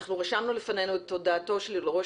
אנחנו רשמנו לפנינו את הודעתו של ראש